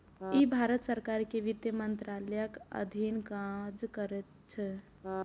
ई भारत सरकार के वित्त मंत्रालयक अधीन काज करैत छै